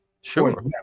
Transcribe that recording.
Sure